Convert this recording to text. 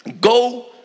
go